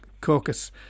caucus